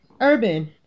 urban